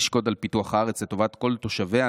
תשקוד על פיתוח הארץ לטובת כל תושביה,